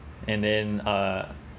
and then uh